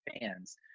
fans